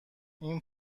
این